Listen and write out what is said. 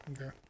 Okay